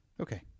Okay